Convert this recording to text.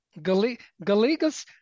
Galigas